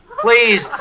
please